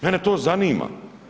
Mene to zanima.